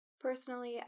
Personally